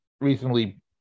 recently